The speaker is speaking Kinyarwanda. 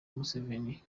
museveni